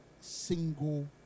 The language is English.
single